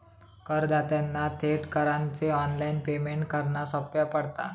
करदात्यांना थेट करांचे ऑनलाइन पेमेंट करना सोप्या पडता